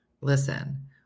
listen